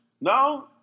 No